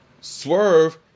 Swerve